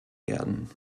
werden